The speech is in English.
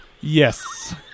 Yes